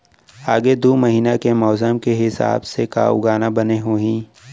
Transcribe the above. आगे दू महीना के मौसम के हिसाब से का उगाना बने होही?